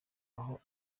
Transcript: aho